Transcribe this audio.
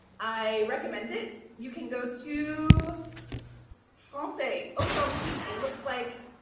i recommend it. you can go to francais authentique. it looks like